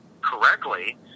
correctly